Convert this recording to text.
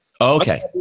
Okay